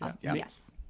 Yes